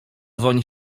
woń